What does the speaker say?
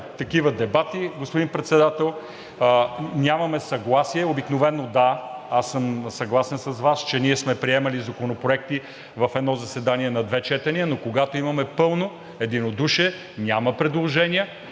такива дебати, господин Председател, нямаме съгласие. Обикновено аз съм съгласен с Вас, че ние сме приемали законопроекти в едно заседание на две четения, но когато имаме пълно единодушие, няма предложения,